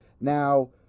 Now